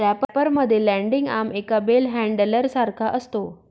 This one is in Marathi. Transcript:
रॅपर मध्ये लँडिंग आर्म एका बेल हॅण्डलर सारखा असतो